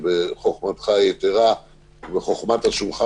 שבחוכמתך היתרה ובחוכמת השולחן,